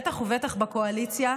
ובטח ובטח בקואליציה,